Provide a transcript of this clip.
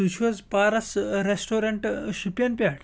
تُہۍ چھُ حظ پارَس رٮ۪سٹورَنٛٹ شُپیَن پٮ۪ٹھ